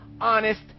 honest